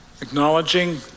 Acknowledging